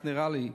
כך נראה לי,